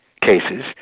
cases